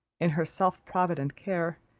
in her self-provident care,